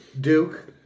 Duke